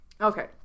okay